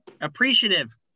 appreciative